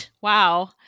Wow